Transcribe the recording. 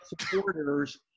supporters